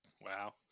wow